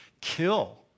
kill